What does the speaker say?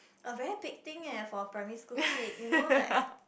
a very big thing eh for a primary school kid you know like